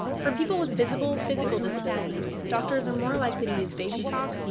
for people with visible physical disabilities, doctors are more likely to use baby talk,